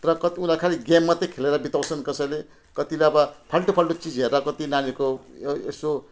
तर कति बेला खाली गेम मात्रै खेलेर बिताउँछन् कसैले कतिले अब फाल्टु फाल्टु चिज हेरेर कत्ति नानीहरूको य यसो